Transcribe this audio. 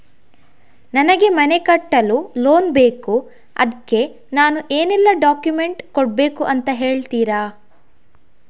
ನನಗೆ ಮನೆ ಕಟ್ಟಲು ಲೋನ್ ಬೇಕು ಅದ್ಕೆ ನಾನು ಏನೆಲ್ಲ ಡಾಕ್ಯುಮೆಂಟ್ ಕೊಡ್ಬೇಕು ಅಂತ ಹೇಳ್ತೀರಾ?